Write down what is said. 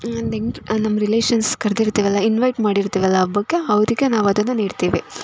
ನೆಂಟ ನಮ್ಮ ರಿಲೇಶನ್ಸ್ ಕರೆದಿರ್ತೀವಲ್ಲ ಇನ್ವಯ್ಟ್ ಮಾಡಿರ್ತೀವಲ್ಲ ಹಬ್ಬಕ್ಕೆ ನಾವು ಅವರಿಗೆ ನಾವು ಅದನ್ನು ನೀಡ್ತೀವಿ